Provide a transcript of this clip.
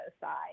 side